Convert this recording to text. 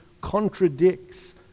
contradicts